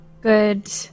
good